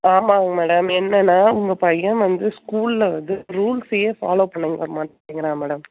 ஆமாங்க மேடம் என்னென்னா உங்கள் பையன் வந்து ஸ்கூலில் வந்து ரூல்ஸையே ஃபாலோ பண்ண மாட்டேங்கிறான் மேடம்